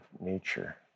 nature